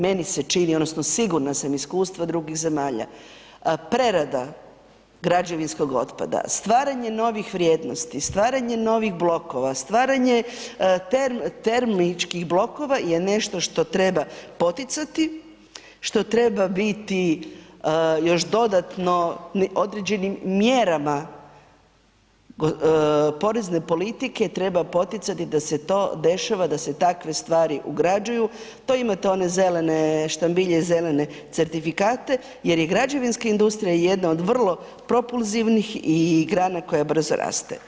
Meni se čini odnosno sigurna sam, iskustva drugih zemalja, prerada građevinskog otpada, stvaranje novih vrijednosti, stvaranje novih blokova, stvaranje termičkih blokova je nešto što treba poticati, što treba biti još dodatno određenim mjerama porezne politike treba poticati da se to dešava, da se takve stvari ugrađuju, to imate one zelene štambilje, zelene certifikate jer je građevinska industrija jedna od vrlo propulzivnih i grana koja brzo raste.